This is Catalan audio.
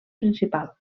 principal